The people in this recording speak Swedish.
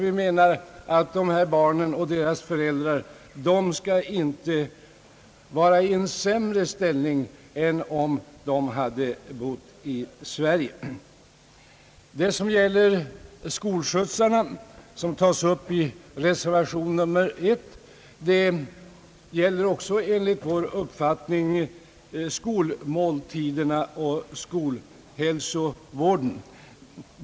Vi menar alltså att utlandssvenskarna och deras barn inte skall vara i sämre ställning än om de hade bott i Sverige. Det som gäller skolskjutsarna, som tas upp i reservation nr 1, gäller enligt vår uppfattning också skolmåltiderna och skolhälsovården.